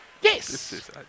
Yes